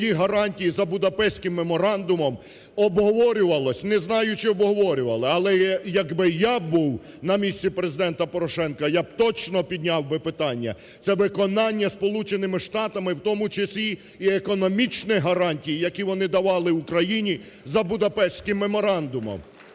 своїх гарантій за Будапештським меморандумом, обговорювалось, не знаю, чи обговорювали. Але, якби я був на місці Президента Порошенка, я б точно підняв би питання, це виконання Сполученими Штатами в тому числі і економічних гарантій, які вони давали Україні за Будапештським меморандумом.